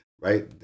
right